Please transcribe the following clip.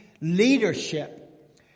leadership